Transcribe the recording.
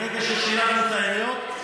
ברגע ששילבנו את העיריות,